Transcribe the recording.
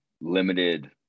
limited